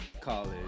college